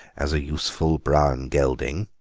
as a useful brown gelding,